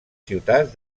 ciutats